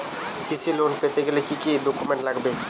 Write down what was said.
কৃষি লোন পেতে গেলে কি কি ডকুমেন্ট লাগবে?